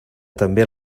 també